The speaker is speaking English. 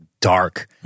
dark